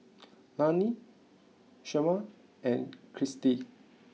Lanny Shemar and Kristy